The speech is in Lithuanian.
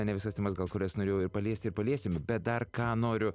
ne visas temas gal kurias norėjau ir paliesti ir paliesime bet dar ką noriu